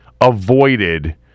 avoided